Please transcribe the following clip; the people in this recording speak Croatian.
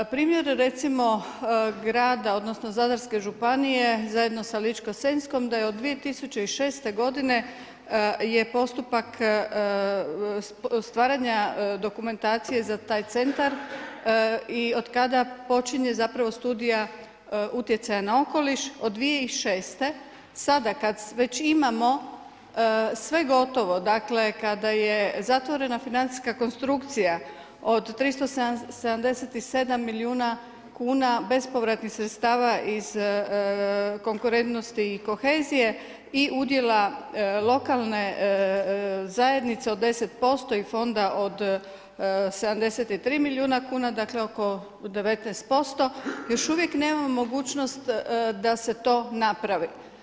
Na primjeru recimo grada, odnosno, Zadarske županije, zajedno sa Ličkom senjskom, da je od 2006.g. je postupak stvaranja dokumentacije za taj centar i od kada počinje zapravo studija utjecaja na okoliš, od 2006. sada kad već imamo sve gotovo, dakle, kada je zatvorena financijska konstrukcija od 377 milijuna kuna bespovratnih sredstava iz konkurentnosti i kohezije i udjela lokalne zajednice od 10% i fonda od 73 milijuna kuna, dakle oko 19% još uvijek nema mogućnost da se to napravi.